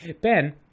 Ben